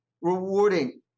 rewarding